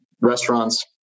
restaurants